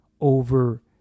over